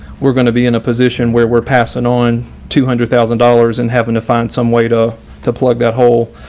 we're going to be in a position where we're passing on two hundred thousand dollars and having to find some way to to plug that hole